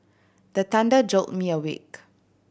the thunder jolt me awake